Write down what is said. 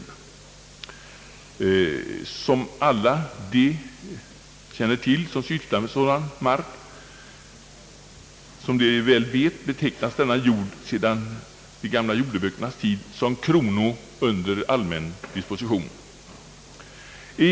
Såsom alla de som sysslat med sådan mark väl vet betecknas denna jord sedan de gamla jordeböckernas tid som »Kronounder allmän disposition».